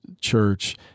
church